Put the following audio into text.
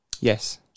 Yes